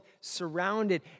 surrounded